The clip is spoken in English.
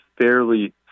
fairly